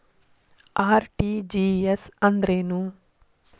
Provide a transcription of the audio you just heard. RTGS ಅಂದ್ರೇನು?